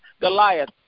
Goliath